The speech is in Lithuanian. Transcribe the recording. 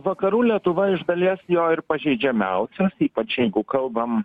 vakarų lietuva iš dalies jo ir pažeidžiamiausias ypač jeigu kalbam